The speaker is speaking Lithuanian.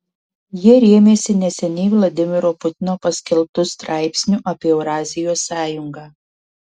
jie rėmėsi neseniai vladimiro putino paskelbtu straipsniu apie eurazijos sąjungą